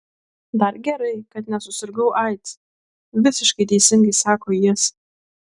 dar gerai kad nesusirgau aids visiškai teisingai sako jis